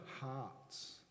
hearts